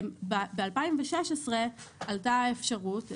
ב-2016 עלתה אפשרות,